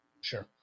Sure